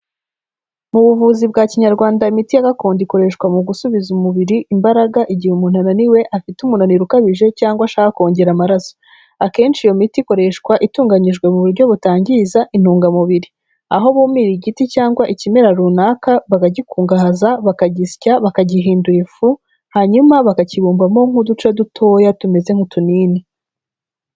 Mu buvuzi bwa Kinyarwanda imiti ya gakondo ikoreshwa mu gusubiza umubiri imbaraga igihe umuntu ananiwe, afite umunaniro ukabije cyangwa ashaka kongera amaraso. Akenshi iyo miti ikoreshwa itunganyijwe mu buryo butangiza intungamubiri. Aho bumira igiti cyangwa ikimera runaka, bakagikungahaza, bakagisya, bakagihindura ifu, hanyuma bakakibumbamo nk'uduce dutoya tumeze nk'utunini.